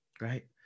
Right